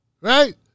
right